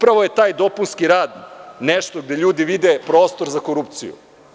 Upravo je taj dopunski rad nešto gde ljudi vide prostor za korupciju.